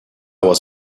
was